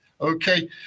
Okay